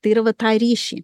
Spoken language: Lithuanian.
tai yra va tą ryšį